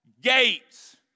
gates